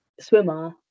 swimmer